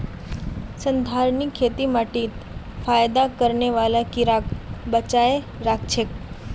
संधारणीय खेती माटीत फयदा करने बाला कीड़ाक बचाए राखछेक